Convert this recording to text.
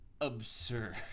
absurd